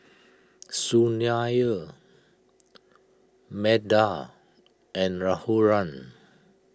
Sunil Medha and Raghuram